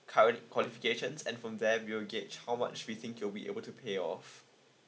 current qualifications and from there we will gauge how much we think you'll be able to pay off